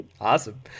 Awesome